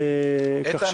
איתן,